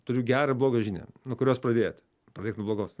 turiu gerą ir blogą žinią nuo kurios pradėt pradėk nuo blogos